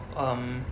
um